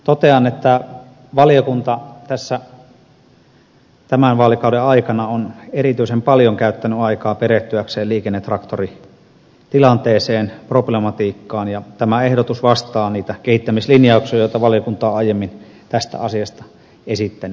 totean että valiokunta tässä tämän vaalikauden aikana on erityisen paljon käyttänyt aikaa perehtyäkseen liikennetraktoritilanteeseen problematiikkaan ja tämä ehdotus vastaa niitä kehittämislinjauksia joita valiokunta on aiemmin tästä asiasta esittänyt